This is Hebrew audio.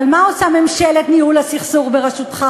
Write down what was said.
אבל מה עושה ממשלת ניהול הסכסוך בראשותך?